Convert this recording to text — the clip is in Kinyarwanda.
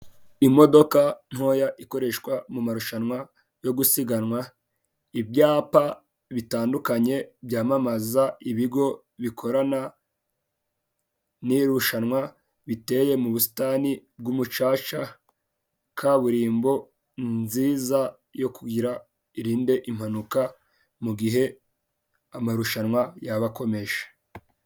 Imodoka ntoya ikoreshwa mu marushanwa yo gusiganywa. Ibyapa bitandukanye byamamaza ibigo bikorana n'irushanwa biteye mu busitani bw'umucaca, kaburimbo nziza yo kugirango irinde impanuka mu gihe amarushanwa yaba akomeje.